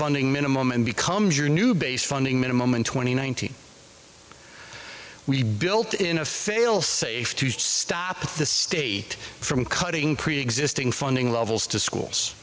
funding minimum and becomes your new base funding minimum and twenty one thousand we built in a fail safe to stop the state from cutting preexisting funding levels to schools